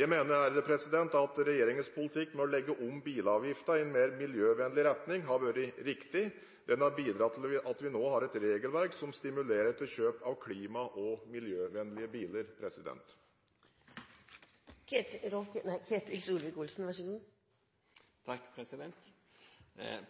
Jeg mener at regjeringens politikk med å legge om bilavgiftene i en mer miljøvennlig retning, har vært riktig. Den har bidratt til at vi nå har et regelverk som stimulerer til kjøp av klima- og miljøvennlige biler.